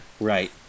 Right